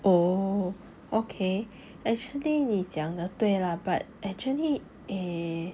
oh okay actually 你讲的对 lah but actually eh